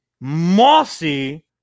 mossy